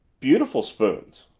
beautiful spoons.